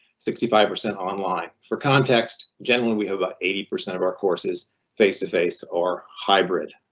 sixty five percent online. for context, generally we have about eighty percent of our courses face to face or hybrid.